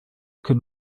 can